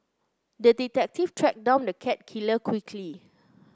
the detective tracked down the cat killer quickly